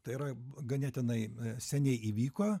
tai yra ganėtinai seniai įvyko